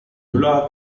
müller